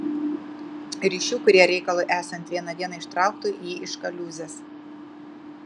ryšių kurie reikalui esant vieną dieną ištrauktų jį iš kaliūzės